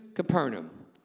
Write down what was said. Capernaum